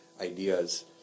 ideas